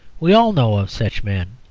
we all know of such men.